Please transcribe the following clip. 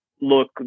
look